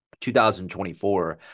2024